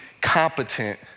competent